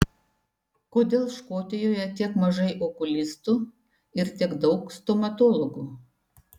kodėl škotijoje tiek mažai okulistų ir tiek daug stomatologų